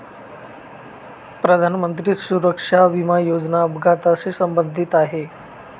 प्रधानमंत्री सुरक्षा विमा योजना अपघाताशी संबंधित आहे